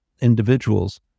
individuals